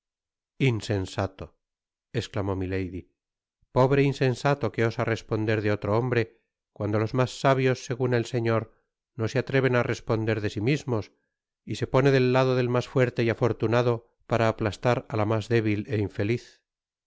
insensato esclamó imilady pobre insensato que osa responder de otro hombre cuando los mas sabios segun el señor no se atreven á responder de sí mismos y se pone del lado del mas fuerte y afortunado para aplastar á la mas débil é infeliz